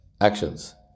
actions